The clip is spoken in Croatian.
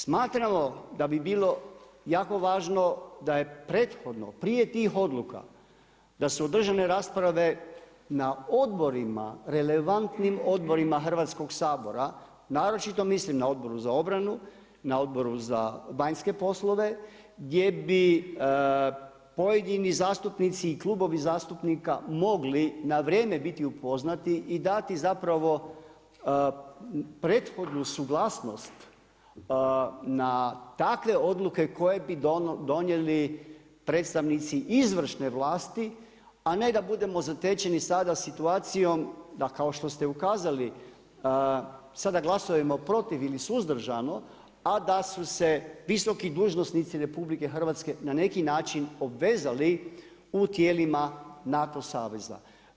Smatramo da bi bilo jako važno, da je prethodno, prije tih odluka, da su održane rasprave na odborima, relevantnim odborima Hrvatskog sabora, naročito mislim na Odboru za obranu, na Odboru za vanjske poslove, gdje bi pojedini zastupnici i Klubovi zastupnika mogli na vrijeme biti upoznati i dati zapravo prethodnu suglasnost na takve odluke koje bi donijeli predstavnici izvršne vlasti, a ne da budemo zatečeni sada situacijom, da kao što ste ukazali, sada glasujemo protiv ili suzdržano, a da su se visoki dužnosnici RH na neki način obvezali u tijelima NATO saveza.